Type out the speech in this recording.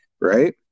right